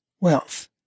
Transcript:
wealth